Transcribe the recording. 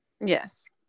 yes